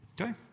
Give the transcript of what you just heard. Okay